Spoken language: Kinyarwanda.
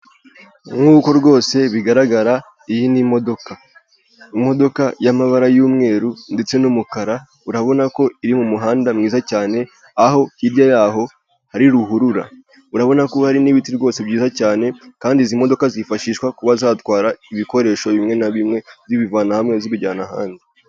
Nk'uko rwose bigaragara iyi ni imodoka, imodoka y'amabara y'umweru ndetse n'umukara urabona ko iri mu muhanda mwiza cyane aho hirya yaho hari ruhurura, urabona ko hari n'ibiti rwose byiza cyane kandi izi modoka zifashishwa kuba zatwara ibikoresho bimwe na bimwe, zibivana hamwe zibijyana ahandi.